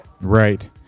right